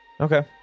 Okay